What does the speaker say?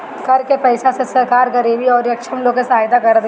कर के पईसा से सरकार गरीबी अउरी अक्षम लोग के सहायता करत बिया